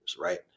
right